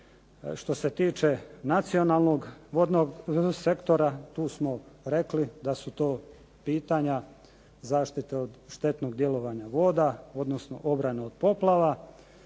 što se tiče nacionalnog vodnog sektora tu smo rekli da su to pitanja zaštite od štetnog djelovanja voda, odnosno obrane od poplava.